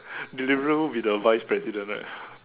Deliveroo will be the vice president right